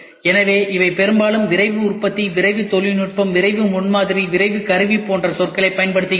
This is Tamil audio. எனவே இவை பெரும்பாலும் விரைவு உற்பத்தி விரைவு தொழில்நுட்பம் விரைவு முன்மாதிரி விரைவு கருவி போன்ற சொற்களைப் பயன்படுத்துகின்றன